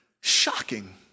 Shocking